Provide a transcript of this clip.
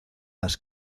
las